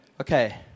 Okay